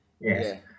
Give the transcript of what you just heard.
Yes